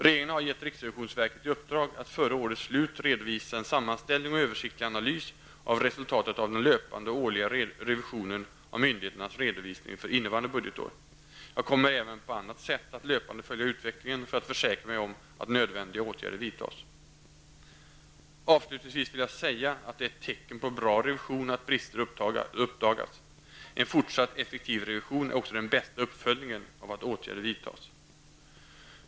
Regeringen har gett riksrevisionsverket i uppdrag att före årets slut redovisa en sammanställning och översiktlig analys av resultatet av den löpande och årliga revisionen av myndigheternas redovisning för innevarande budgetår. Jag kommer även på annat sätt att löpande följa utvecklingen för att försäkra mig om att nödvändiga åtgärder vidtas. Avslutningsvis vill jag säga att det är ett tecken på bra revision att brister uppdagas. En fortsatt effektiv revision är också den bästa uppföljningen av att åtgärder vidtas.